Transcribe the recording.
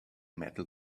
metal